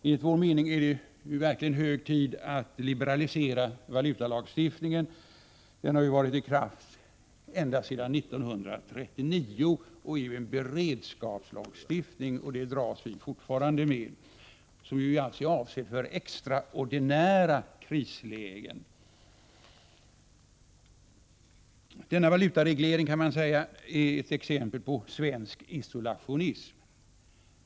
Enligt vår mening är det nu verkligen hög tid att liberalisera valutalagstiftningen, som har varit i kraft ända sedan 1939. Vi dras fortfarande med denna beredskapslagstiftning, som ju är avsedd för extraordinära krislägen. Valutaregleringen kan sägas vara ett exempel på svensk isolationism.